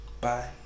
Bye